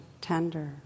tender